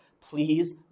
please